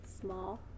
Small